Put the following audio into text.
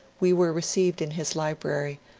we were received in his library,